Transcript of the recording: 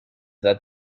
that